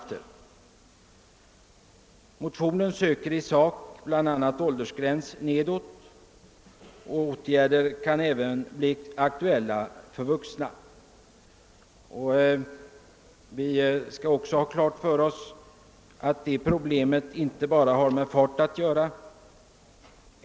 I vår motion har vi bl a. velat ha en åldersgräns nedåt. Även åtgärder för vuxna kan bli aktuella. Likaså skall vi vara på det klara med att detta inte bara har med fart att göra.